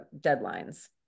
deadlines